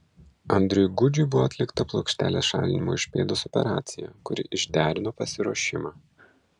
andriui gudžiui buvo atlikta plokštelės šalinimo iš pėdos operacija kuri išderino pasiruošimą